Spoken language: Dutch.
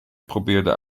probeerde